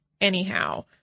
anyhow